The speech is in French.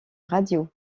radio